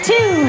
Two